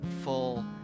full